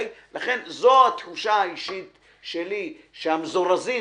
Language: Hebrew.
זו התחושה האישית שלי, שהמזורזים